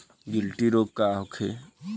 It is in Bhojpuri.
गिल्टी रोग का होखे?